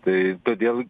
tai todėl